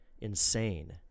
insane